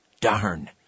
Darn